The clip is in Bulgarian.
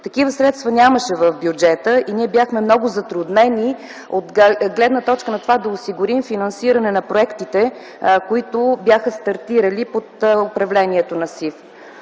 Такива средства нямаше в бюджета и ние бяхме много затруднени от гледна точка на това да осигурим финансиране на проектите, които бяха стартирали под управлението на СИФ.